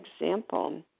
example